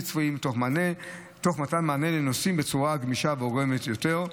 צפויים תוך מתן מענה לנוסעים בצורה גמישה והוגנת יותר.